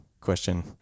question